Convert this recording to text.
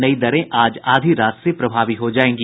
नई दरें आज आधी रात से प्रभावी हो जायेंगी